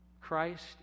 Christ